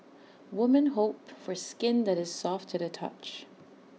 women hope for skin that is soft to the touch